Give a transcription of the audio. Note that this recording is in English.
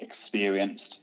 experienced